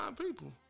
people